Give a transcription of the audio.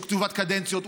יש לו קצובת קדנציות,